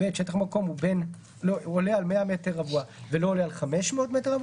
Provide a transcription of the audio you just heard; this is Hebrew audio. שטח המקום עולה על 100 מ"ר ולא עולה על 500 מ"ר,